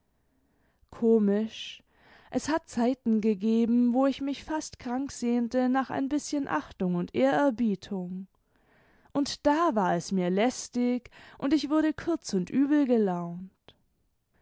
komisch es hat zeiten gegeben wo ich mich fast krank sehnte nach ein bißchen achtimg imd ehrerbietung imd da war es mir lästig und ich wurde kurz und übelgelaunt